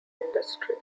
industry